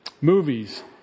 movies